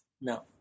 No